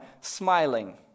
smiling